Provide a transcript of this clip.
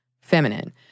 feminine